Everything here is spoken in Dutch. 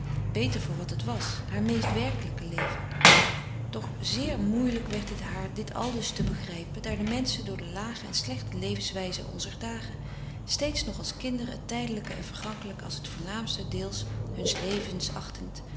beter voor wat het was haar meest werkelijke leven doch zeer moeielijk werd het haar frederik van eeden van de koele meren des doods dit aldus te begrijpen daar de menschen door de lage en slechte levenswijze onzer dagen steeds nog als kinderen het tijdelijke en vergankelijke als het voornaamste deel huns levens